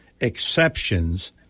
exceptions